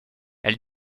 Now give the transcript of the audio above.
elle